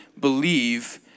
believe